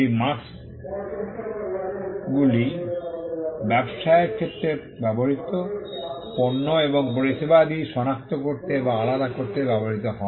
এই মার্ক্স্ গুলি ব্যবসায়ের ক্ষেত্রে ব্যবহৃত পণ্য এবং পরিষেবাদি সনাক্ত করতে বা আলাদা করতে ব্যবহৃত হয়